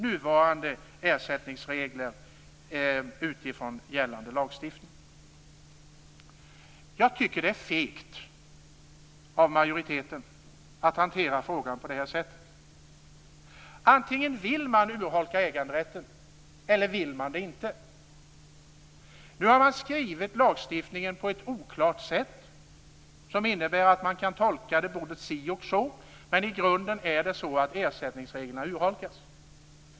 Nuvarande ersättningsregler i gällande lagstiftning kan därmed kringgås. Jag tycker att det är fegt av majoriteten att hantera frågan på det här sättet. Antingen vill man urholka äganderätten eller också vill man det inte. Nu är lagstiftningen skriven på ett oklart sätt som innebär att man tolka den både si och så, men i grunden urholkas ersättningsreglerna.